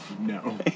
no